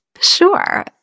Sure